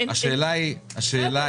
השאלה היא --- בסדר,